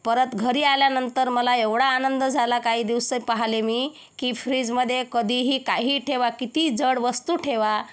परत घरी आल्यानंतर मला एवढा आनंद झाला काही दिवस पाहिले मी की फ्रीजमध्ये कधीही काहीही ठेवा कितीही जड वस्तू ठेवा